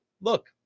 look